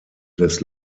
des